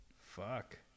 fuck